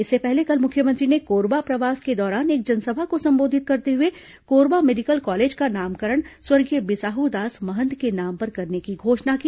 इससे पहले कल मुख्यमंत्री ने कोरबा प्रवास के दौरान एक जनसभा को संबोधित करते हुए कोरबा मेडिकल कॉलेज का नामकरण स्वर्गीय बिसाहू दास महंत के नाम पर करने की घोषणा की